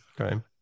Okay